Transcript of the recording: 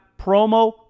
promo